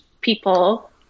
people